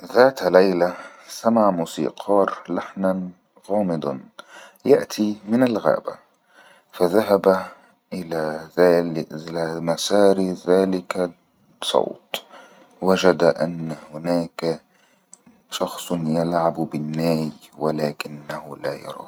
ذات ليلة سمع موسيار لحنا غامضن يأتي من الغابة فذهب إلى مسار ذلك الصوت وجد أن هناك شخصن يلعب بالناي ولكنه لا يراه